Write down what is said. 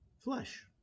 flesh